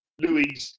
Louis